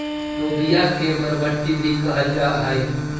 लोबिया के बरबट्टी भी कहल जा हई